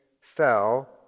fell